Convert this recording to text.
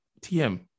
TM